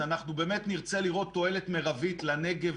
אז אנחנו באמת נרצה לראות תועלת מירבית לנגב,